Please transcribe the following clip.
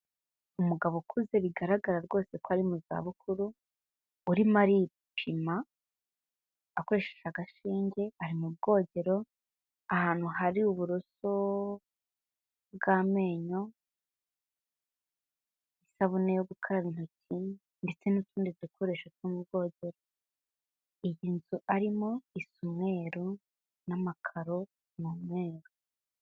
Umugabo ukuze bigaragara rwose ko ari mu zabukuru, urimo aripima akoresheje agashinge ari mu bwogero, ahantu hari uburoso bw'amenyo, isabune yo gukara intoki ndetse n'utundi dukoresho two mu bwogero. Iyi nzu arimo isa umweru n'amakaro ni umweru.